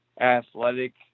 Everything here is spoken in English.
athletic